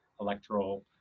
electoral